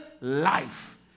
life